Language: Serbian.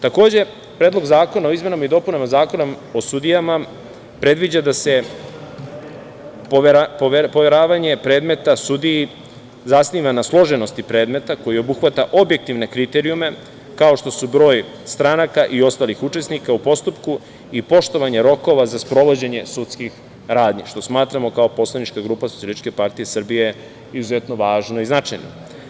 Takođe, Predlog zakona o izmenama i dopunama Zakona o sudijama predviđa da se poveravanje predmeta sudiji zasniva na složenosti predmeta koji obuhvata objektivne kriterijume, kao što su broj stranaka i ostalih učesnika u postupku i poštovanje rokova za sprovođenje sudskih radnji, što smatramo kao poslanička grupa SPS izuzetno važno i značajno.